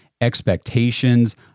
expectations